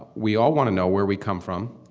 we all want to know where we come from,